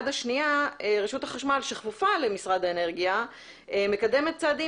השנייה רשות החשמל שכפופה למשרד האנרגיה מקדמת צעדים